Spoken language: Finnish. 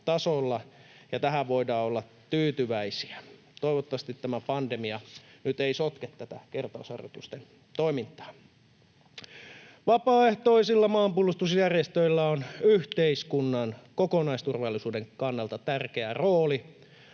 tähän voidaan olla tyytyväisiä. Toivottavasti tämä pandemia nyt ei sotke tätä kertausharjoitusten toimintaa. Vapaaehtoisilla maanpuolustusjärjestöillä on yhteiskunnan kokonaisturvallisuuden kannalta tärkeä rooli.